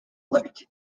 alert